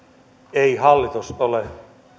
ei hallitus ole